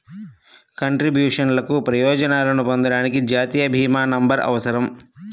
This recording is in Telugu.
కంట్రిబ్యూషన్లకు ప్రయోజనాలను పొందడానికి, జాతీయ భీమా నంబర్అవసరం